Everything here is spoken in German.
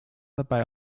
dabei